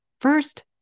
First